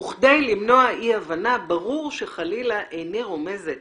וכדי למנוע אי-הבנה ברור שאיני רומזת